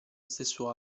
stesso